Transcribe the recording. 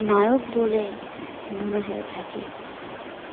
নায়ক বলে মনে হয়ে থাকে